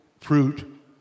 fruit